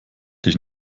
dich